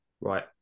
Right